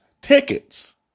tickets